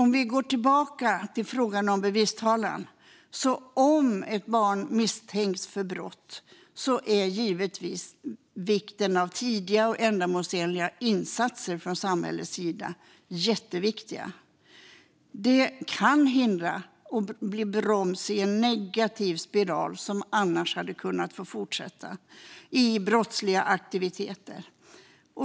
Jag går tillbaka till frågan om bevistalan. Om ett barn misstänks för brott är givetvis tidiga och ändamålsenliga insatser från samhället jätteviktiga. Det kan hindra och bromsa en negativ spiral av brottsliga aktiviteter som annars kan fortsätta.